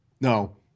No